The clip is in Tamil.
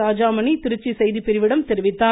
ராஜாமணி திருச்சி செய்திப்பிரிவிடம் தெரிவித்தார்